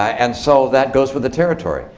and so that goes with the territory.